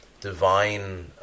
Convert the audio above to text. Divine